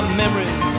memories